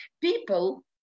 people